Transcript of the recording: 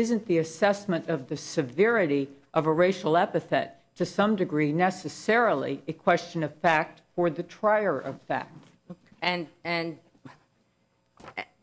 isn't the assessment of the severity of a racial epithet to some degree necessarily a question of fact or the trier of fact and and